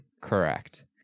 Correct